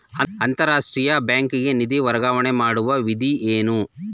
ಅಂತಾರಾಷ್ಟ್ರೀಯ ಬ್ಯಾಂಕಿಗೆ ನಿಧಿ ವರ್ಗಾವಣೆ ಮಾಡುವ ವಿಧಿ ಏನು?